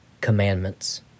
commandments